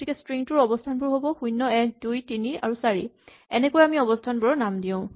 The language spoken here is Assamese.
গতিকে ষ্ট্ৰিং টোৰ অৱস্হানবোৰ হ'ব ০ ১ ২ ৩ আৰু ৪ এনেকৈয়ে আমি অৱস্হানবোৰৰ নাম দিওঁ